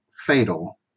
fatal